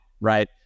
Right